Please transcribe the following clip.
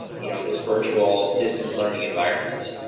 ah you know, this virtual, distance learning environment.